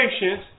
patience